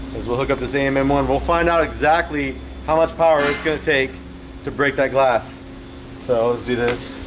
as we'll hook up the same m one. we'll find out exactly how much power it's going to take to break that glass so let's do this